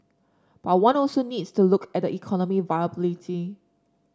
but one also needs to look at the economic viability